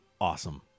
awesome